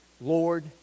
Lord